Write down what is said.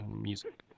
music